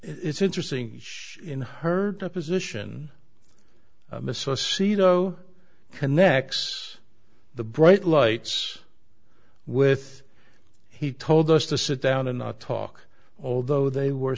it's interesting in her deposition missa sido connex the bright lights with he told us to sit down and not talk although they were